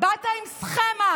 באת עם סכמה.